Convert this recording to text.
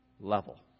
level